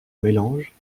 mélange